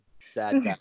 sad